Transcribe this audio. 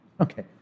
Okay